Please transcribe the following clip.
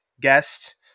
guest